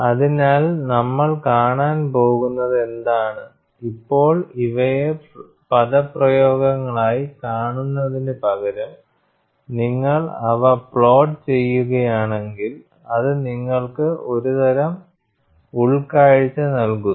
അതിനാൽ നമ്മൾ കാണാൻ പോകുന്നത് എന്താണ് ഇപ്പോൾ ഇവയെ പദപ്രയോഗങ്ങളായി കാണുന്നതിനു പകരം നിങ്ങൾ അവ പ്ലോട്ട് ചെയ്യുകയാണെങ്കിൽ അത് നിങ്ങൾക്ക് ഒരുതരം ഉൾക്കാഴ്ച നൽകുന്നു